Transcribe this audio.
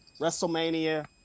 WrestleMania